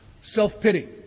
Self-pity